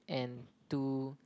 and two